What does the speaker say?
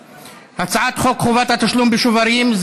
הצעת חוק חובת התשלום בשוברים.